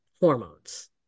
hormones